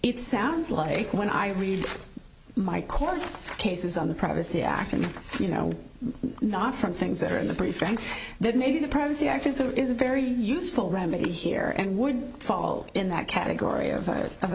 it sounds like when i read my court's cases on the privacy act and you know not from things that are in the briefing that maybe the privacy act is a is a very useful remedy here and would fall in that category